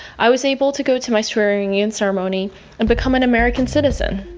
i was able to go to my swearing-in ceremony and become an american citizen